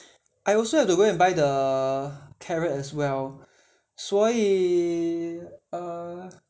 I also have to go and buy the carrot as well 所以 err